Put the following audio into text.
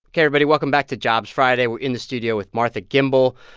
everybody. welcome back to jobs friday. we're in the studio with martha gimbel.